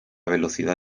velocidad